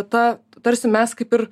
ta tarsi mes kaip ir